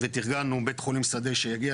כאשר מדברים על